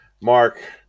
Mark